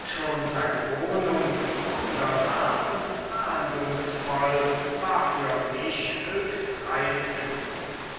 schon seine wohnung wundersam und ahndungsvoll war für mich höchst reizend